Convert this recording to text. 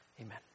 Amen